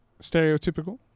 stereotypical